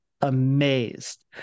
amazed